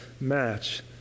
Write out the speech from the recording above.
Match